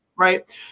right